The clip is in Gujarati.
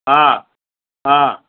હા હા